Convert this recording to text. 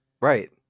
right